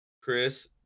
Chris